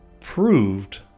proved